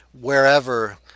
wherever